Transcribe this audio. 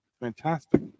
Fantastic